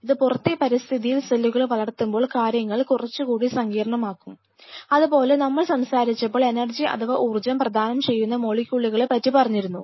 ഇത് പുറത്തെ പരിസ്ഥിതിയിൽ സെല്ലുകളെ വളർത്തുമ്പോൾ കാര്യങ്ങൾ കുറച്ചുകൂടി സങ്കീർണമാക്കും അതുപോലെ നമ്മൾ സംസാരിച്ചപ്പോൾ എനർജി അഥവാ ഊർജ്ജം പ്രദാനം ചെയ്യുന്ന മോളിക്യൂളുകളെ പറ്റി പറഞ്ഞിരുന്നു